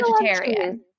vegetarian